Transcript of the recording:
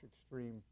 extreme